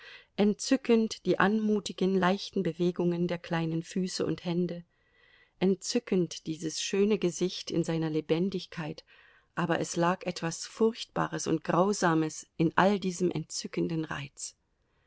entzückend die anmutigen leichten bewegungen der kleinen füße und hände entzückend dieses schöne gesicht in seiner lebendigkeit aber es lag etwas furchtbares und grausames in all diesem entzückenden reiz